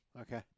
Okay